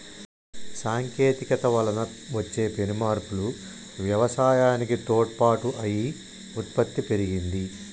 సాంకేతికత వలన వచ్చే పెను మార్పులు వ్యవసాయానికి తోడ్పాటు అయి ఉత్పత్తి పెరిగింది